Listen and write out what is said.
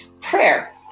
Prayer